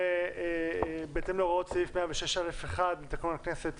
בהתאם להוראות סעיף 106(א)(1) לתקנון הכנסת,